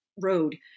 road